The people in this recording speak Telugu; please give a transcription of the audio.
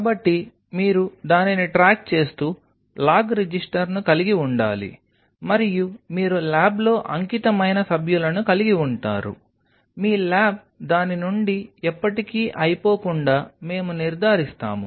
కాబట్టి మీరు దానిని ట్రాక్ చేస్తూ లాగ్ రిజిస్టర్ని కలిగి ఉండాలి మరియు మీరు ల్యాబ్లో అంకితమైన సభ్యులను కలిగి ఉంటారు మీ ల్యాబ్ దాని నుండి ఎప్పటికీ అయిపోకుండా మేము నిర్ధారిస్తాము